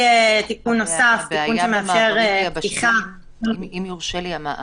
אם יורשה לי,